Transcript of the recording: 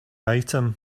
item